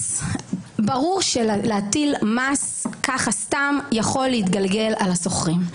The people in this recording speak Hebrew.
ברור שמס ככה סתם יכול להתגלגל לשוכרים.